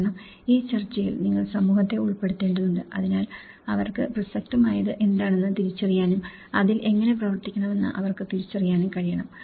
കാരണം ഈ ചർച്ചയിൽ നിങ്ങൾ സമൂഹത്തെ ഉൾപ്പെടുത്തേണ്ടതുണ്ട് അതിനാൽ അവർക്ക് പ്രസക്തമായത് എന്താണെന്ന് തിരിച്ചറിയാനും അതിൽ എങ്ങനെ പ്രവർത്തിക്കണമെന്ന് അവർക്ക് തിരിച്ചറിയാനും കഴിയണം